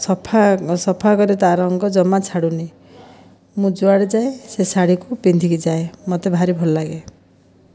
ସଫା ସଫା କରି ତା' ରଙ୍ଗ ଜମା ଛାଡ଼ୁନାହିଁ ମୁଁ ଯେଉଁଆଡ଼େ ଯାଏ ସେ ଶାଢ଼ୀକୁ ପିନ୍ଧିକି ଯାଏ ମୋତେ ଭାରି ଭଲ ଲାଗେ